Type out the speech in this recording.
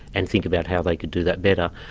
and think about how they could do that better.